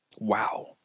wow